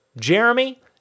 Jeremy